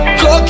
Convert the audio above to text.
go